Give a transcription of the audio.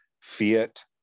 Fiat